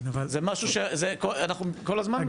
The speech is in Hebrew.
זה משהו שאנחנו כל הזמן.